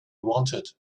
wanted